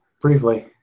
briefly